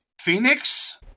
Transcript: Phoenix